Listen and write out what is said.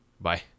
bye